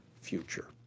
future